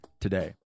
today